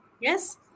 yes